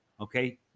Okay